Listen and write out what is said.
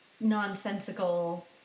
nonsensical